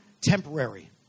temporary